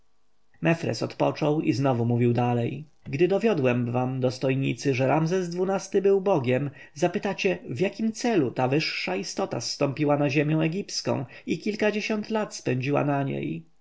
mefres odpoczął i znowu mówił dalej gdy dowiodłem wam dostojnicy że ramzes xii-ty był bogiem zapytacie w jakim celu ta wyższa istota zstąpiła na ziemię egipską i kilkadziesiąt lat spędziła na niej